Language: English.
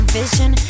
vision